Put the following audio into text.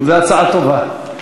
זו הצעה טובה.